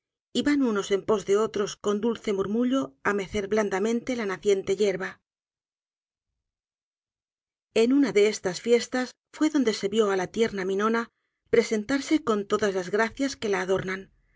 van unos en pos de otros con dulce murmullo á mecer blandamente la naciente yerba en una de estas fiestas fue donde se vio á la tierna miñona presentarse con todas las gracias que la a dornan